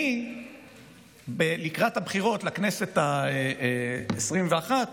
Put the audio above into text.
לקראת הבחירות לכנסת העשרים-ואחת